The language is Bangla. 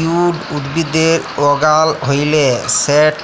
উইড উদ্ভিদের যগাল হ্যইলে সেট